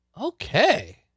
Okay